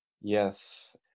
Yes